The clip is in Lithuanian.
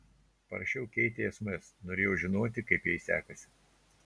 parašiau keitei sms norėjau žinoti kaip jai sekasi